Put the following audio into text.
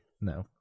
No